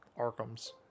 Arkham's